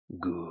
Good